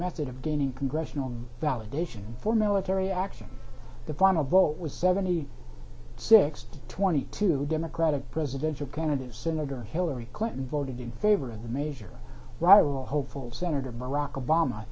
method of gaining congressional validation for military action the final vote was seventy six twenty two democratic presidential candidate senator hillary clinton voted in favor of the major role hopefuls senator b